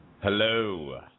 Hello